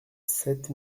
sept